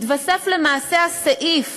התווסף למעשה הסעיף